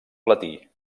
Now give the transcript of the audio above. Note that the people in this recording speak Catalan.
platí